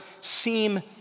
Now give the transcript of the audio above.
seem